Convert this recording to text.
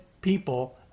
people